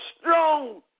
strong